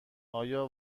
آیا